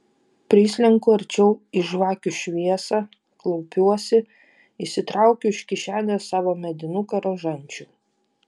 prislenku arčiau į žvakių šviesą klaupiuosi išsitraukiu iš kišenės savo medinuką rožančių